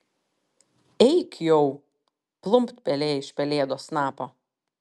eik jau plumpt pelė iš pelėdos snapo